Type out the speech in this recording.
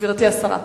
גברתי השרה,